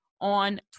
on